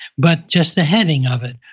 but just the heading of it,